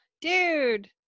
Dude